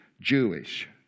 Jewish